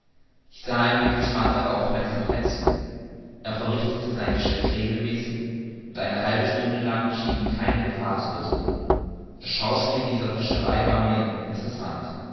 ich sah ihm mit gespannter aufmerksamkeit zu er verrichtete sein geschäft regelmäßig und eine halbe stunde lang schien ihn keine gefahr zu bedrohen das schauspiel dieser fischerei war mir interessant